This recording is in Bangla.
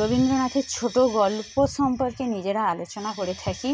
রবীন্দ্রনাথের ছোটো গল্প সম্পর্কে নিজেরা আলোচনা করে থাকি